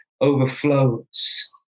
overflows